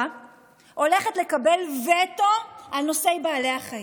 הולכת לקבל וטו על נושאי בעלי החיים.